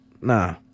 nah